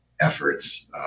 efforts